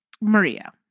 Maria